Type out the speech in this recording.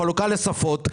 בחלוקה לשפות,